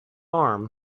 arm